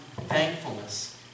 thankfulness